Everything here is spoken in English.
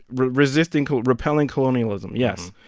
resisting repelling colonialism, yes.